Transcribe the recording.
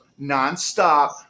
nonstop